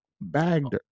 bagged